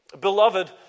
Beloved